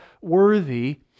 worthy